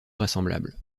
vraisemblable